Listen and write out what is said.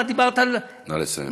את דיברת על, נא לסיים.